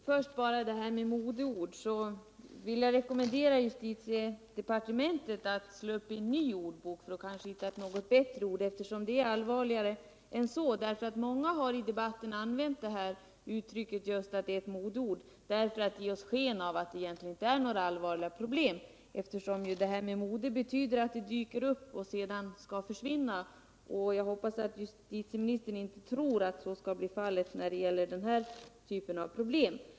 Herr talman! På tal om modeord vill jag rekommendera justitieministern att slå uppi en ny ordbok, så kanske man hittar ett något bättre ord. Frågan är ju allvarligare än så, för många har i debatten använt uttrycket modeord för att ge sken av att det här egentligen inte är några större problem; mode är ju något som dyker upp och sedan skall försvinna. Jag hoppas att justitieministern inte tror att så skall bli fallet när det gäller den här typen av problem.